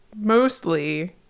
mostly